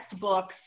books